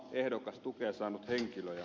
ehdokastukea saanut henkilö